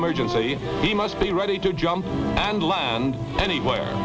emergency he must be ready to jump and land anywhere